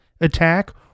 attack